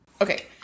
Okay